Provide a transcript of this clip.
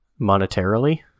monetarily